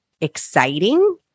exciting